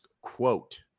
quote